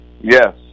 yes